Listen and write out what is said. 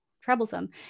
troublesome